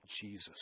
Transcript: Jesus